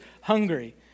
hungry